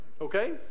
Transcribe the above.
Okay